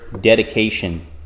dedication